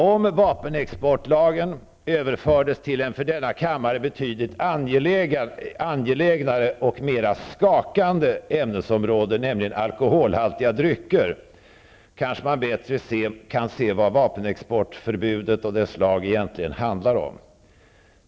Om vapenexportlagen överförs till ett för denna kammare betydligt mer angeläget och skakande område, nämligen alkoholhaltiga drycker, kanske man bättre kan se vad vapenexportförbudet och dess lag egentligen handlar om.